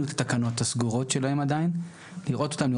אי